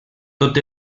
tot